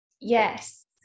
Yes